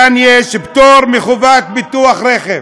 כאן יש פטור מחובת ביטוח רכב.